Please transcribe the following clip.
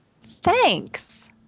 Thanks